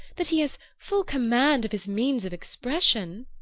that he has full command of his means of expression,